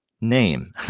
name